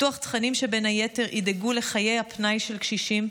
פיתוח תכנים שבין היתר ידאגו לחיי הפנאי של קשישים,